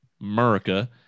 America